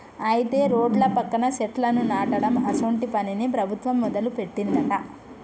అయితే రోడ్ల పక్కన సెట్లను నాటడం అసోంటి పనిని ప్రభుత్వం మొదలుపెట్టిందట